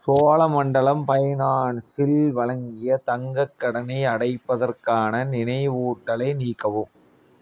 சோழமண்டலம் ஃபைனான்ஸில் வழங்கிய தங்கக் கடனை அடைப்பதற்கான நினைவூட்டலை நீக்கவும்